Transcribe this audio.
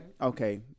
Okay